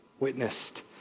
Witnessed